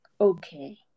okay